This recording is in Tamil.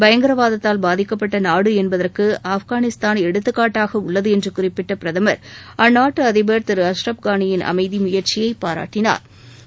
பயங்கரவாதத்தால் பாதிக்கப்பட்ட நாடு என்பதற்கு ஆப்கானிஸ்தான் எடுத்துகாட்டாக உள்ளது என்று குறிப்பிட்ட பிரதமா் அந்நாட்டு அதிபா் திரு அஸ்ரப் காளியின் அமைதி முயற்சியை பாராட்டினாா்